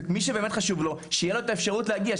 ומי שבאמת חשוב לו, שתהיה לו את האפשרות להגיע.